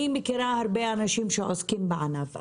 אני מכירה הרבה אנשים שעוסקים בענף.